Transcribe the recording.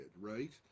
right